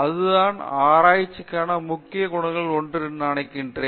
அதுதான் ஆராய்ச்சிக்கான முக்கிய குணங்களில் ஒன்று என நான் நினைக்கிறேன்